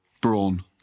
Brawn